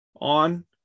on